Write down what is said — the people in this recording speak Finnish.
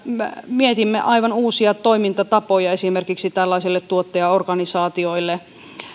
mietimme aivan uusia toimintatapoja esimerkiksi tällaisille tuottajaorganisaatioille